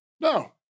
No